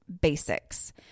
basics